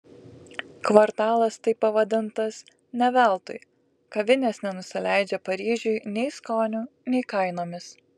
kvartalas taip pavadintas ne veltui kavinės nenusileidžia paryžiui nei skoniu nei kainomis